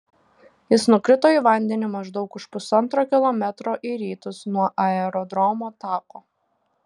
jis nukrito į vandenį maždaug už pusantro kilometro į rytus nuo aerodromo tako